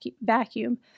vacuum